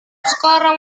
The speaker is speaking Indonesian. sekarang